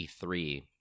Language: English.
E3